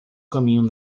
caminho